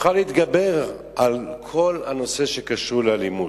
נוכל להתגבר על כל הנושא שקשור לאלימות.